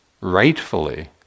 rightfully